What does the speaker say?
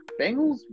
Bengals